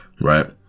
right